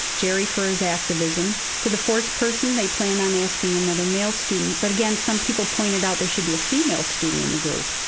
jerry for his activism. for the fourth person, they planned on asking another male student. but again, some people pointed out there should be a female student in the group.